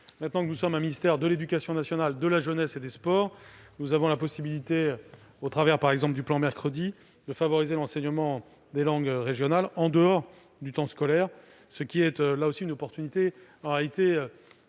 maintenant que nous avons un ministère de l'éducation nationale, de la jeunesse et des sports, nous avons la possibilité, avec, par exemple, le plan Mercredi, de favoriser l'enseignement des langues régionales en dehors du temps scolaire ; c'est une opportunité majeure.